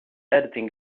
editing